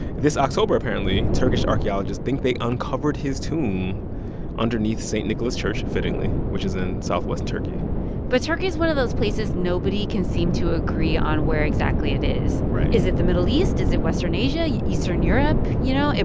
this october apparently, turkish archaeologists think they uncovered his tomb underneath st. nicholas church fittingly which is in southwest turkey but turkey is one of those places nobody can seem to agree on where exactly it is right is it the middle east? is it western asia, eastern europe you know?